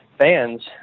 fans